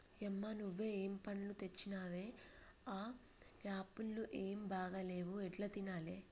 యమ్మ నువ్వు ఏం పండ్లు తెచ్చినవే ఆ యాపుళ్లు ఏం బాగా లేవు ఎట్లా తినాలే